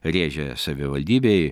rėžė savivaldybei